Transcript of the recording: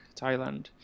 Thailand